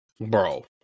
bro